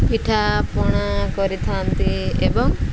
ପିଠାପଣା କରିଥାନ୍ତି ଏବଂ